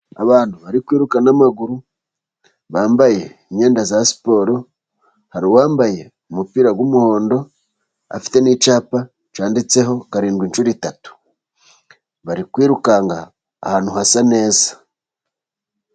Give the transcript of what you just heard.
Abantu bari kwiruka n'amaguru bambaye imyenda ya siporo, hari uwambaye umupira w'umuhondo afite n'icyapa cyanditseho karindwi inshuro eshatu, bari kwirukanka ahantu hasa neza.